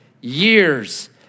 years